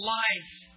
life